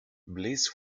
bliss